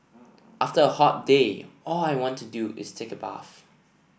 after a hot day all I want to do is take a bath